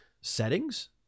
settings